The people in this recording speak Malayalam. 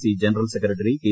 C general secretary K